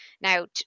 now